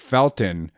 Felton